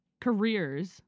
careers